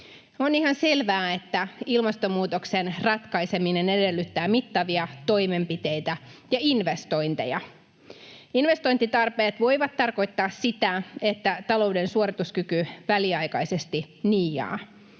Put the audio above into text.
On ihan selvää, että ilmastonmuutoksen ratkaiseminen edellyttää mittavia toimenpiteitä ja investointeja. Investointitarpeet voivat tarkoittaa sitä, että talouden suorituskyky väliaikaisesti niiaa.